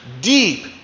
deep